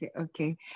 okay